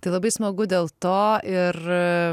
tai labai smagu dėl to ir